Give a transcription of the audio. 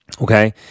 Okay